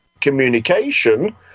communication